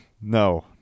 No